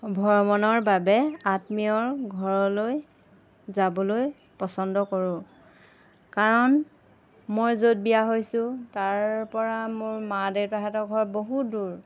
ভ্ৰমণৰ বাবে আত্মীয়ৰ ঘৰলৈ যাবলৈ পচন্দ কৰোঁ কাৰণ মই য'ত বিয়া হৈছোঁ তাৰপৰা মোৰ মা দেউতাহঁতৰ ঘৰ বহুত দূৰ